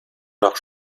nach